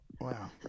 Wow